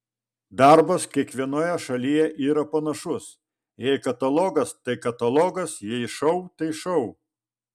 darbas kiekvienoje šalyje yra panašus jei katalogas tai katalogas jei šou tai šou